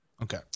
Okay